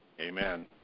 Amen